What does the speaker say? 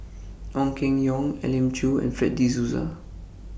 Ong Keng Yong Elim Chew and Fred De Souza